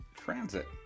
transit